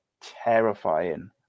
terrifying